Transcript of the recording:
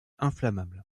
inflammable